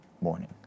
morning